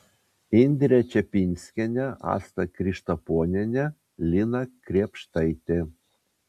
indrė čepinskienė asta krištaponienė lina krėpštaitė